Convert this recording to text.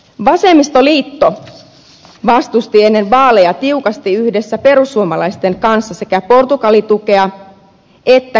vasemmistoliitto vastusti ennen vaaleja tiukasti yhdessä perussuomalaisten kanssa sekä portugali tukea että kriisimaiden vakausmekanismeja